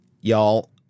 y'all